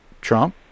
Trump